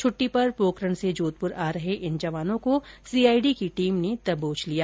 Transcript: छट्टी पर पोकरण से जोधपूर आ रहे इन जवानों को सीआईडी की टीम ने दबोच लिया